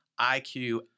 IQ